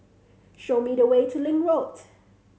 show me the way to Link Road